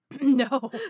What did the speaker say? No